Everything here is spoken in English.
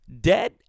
dead